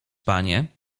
panie